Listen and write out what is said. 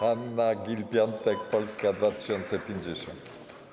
Hanna Gill-Piątek, Polska 2050.